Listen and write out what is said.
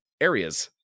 areas